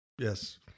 Yes